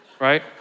right